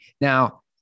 Now